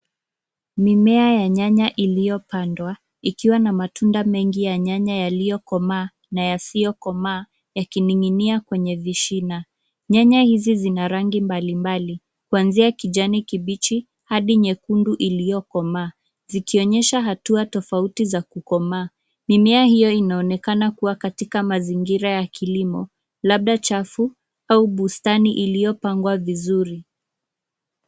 Mimea ya nyanya iliyopandwa ikiwa na matunda mengi ya nyanya yaliyokomaa na yasiyokomaa yakining'inia kwenye vishina. Nyanya hizi zina rangi mbalimbali, kuanzia kijani kibichi hadi nyekundu iliyokomaa, zikionyesha hatua tofauti za kukomaa. Mimea hiyo inaonekana kuwa katika mazingira ya kilimo, labda chafu au bustani iliyopangwa vizuri.